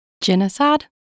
Genocide